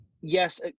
yes